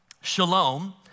shalom